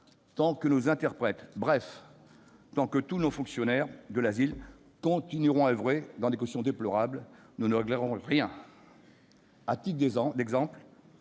magistrats, nos interprètes, bref tant que tous nos fonctionnaires de l'asile continueront à oeuvrer dans des conditions déplorables, nous ne réglerons rien. À titre d'exemple,